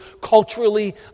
culturally